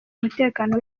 umutekano